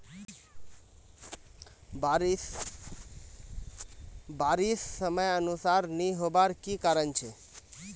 बारिश समयानुसार नी होबार की कारण छे?